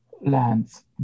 lands